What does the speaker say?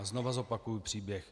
Znovu zopakuju příběh.